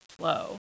flow